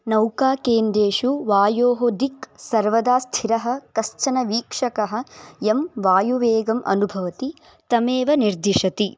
नौकाकेन्द्रेषु वायोः दिक् सर्वदा स्थिरः कश्चन वीक्षकः यं वायुवेगम् अनुभवति तमेव निर्दिशति